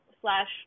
slash